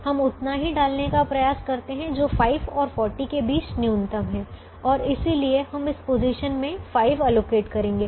हम उतना ही डालने का प्रयास करते हैं जो 5 और 40 के बीच न्यूनतम हैं और इसलिए हम इस पोजीशन में 5 आवंटित करेंगे